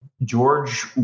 George